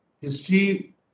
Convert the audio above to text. History